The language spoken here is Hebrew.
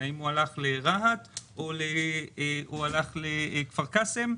האם הוא הלך לרהט או הלך לכפר קאסם?